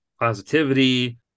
positivity